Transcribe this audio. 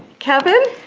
kevin